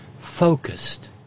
focused